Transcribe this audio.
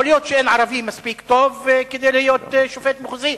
יכול להיות שאין ערבי מספיק טוב כדי להיות שופט מחוזי?